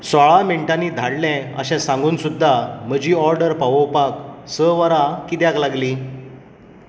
सोळा मिनटांनी धाडटले अशें सांगून सुद्दां म्हजी ऑर्डर पावोवपाक स वरां कित्याक लागलीं